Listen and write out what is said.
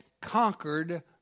conquered